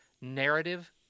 narrative